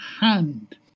hand